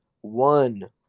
one